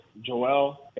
Joel